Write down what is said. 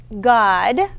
God